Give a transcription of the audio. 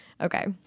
Okay